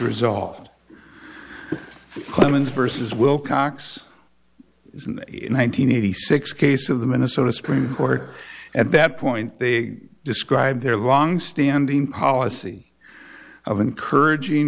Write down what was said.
resolved clemens versus wilcox in one nine hundred eighty six case of the minnesota supreme court at that point they described their long standing policy of encouraging